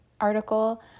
article